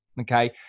okay